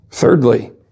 Thirdly